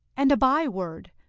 and a byword,